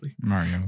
Mario